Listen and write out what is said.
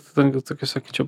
tai ten gal tokiu sakyčiau